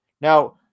Now